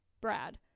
brad